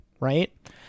right